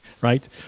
right